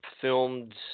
filmed